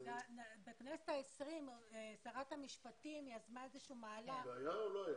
בכנסת ה-20 שרת המשפטים יזמה מהלך --- זה היה או לא היה?